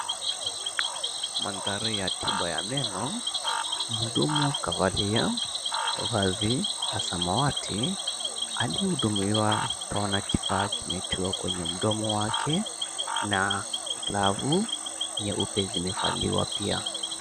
Mandhari ya tiba ya meno. Mhudumu kavalia vazi la samawati, aliyehudumiwa twaona kifaa kimetiwa kwa mdomo wake na glavu nyeupe zimevaliwa pia.